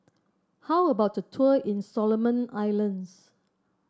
how about the tour in Solomon Islands